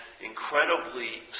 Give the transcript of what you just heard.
incredibly